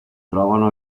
trovano